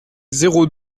zéro